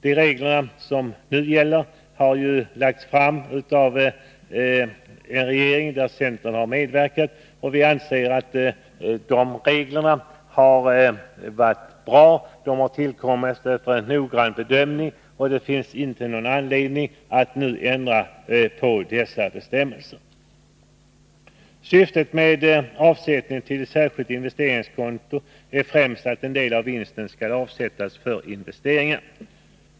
De nuvarande reglerna har lagts fram av en regering i vilken centern har medverkat, och vi anser att de reglerna har varit bra; de har tillkommit efter noggrann bedömning, och de finns inte någon anledning att nu ändra på dessa bestämmelser. Syftet med avsättning till särskilt investeringskonto är främst att en del av vinsten skall avsättas för investeringar.